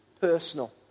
personal